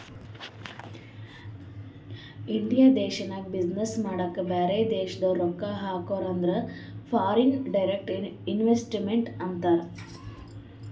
India ದೇಶ್ನಾಗ business ಮಾಡಾಕ ಬ್ಯಾರೆ ದೇಶದವ್ರು ರೊಕ್ಕಾ ಹಾಕುರ್ ಅಂದುರ್ ಫಾರಿನ್ ಡೈರೆಕ್ಟ್ ಇನ್ವೆಸ್ಟ್ಮೆಂಟ್ ಅಂತಾರ್